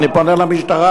אני פונה למשטרה,